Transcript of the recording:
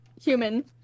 human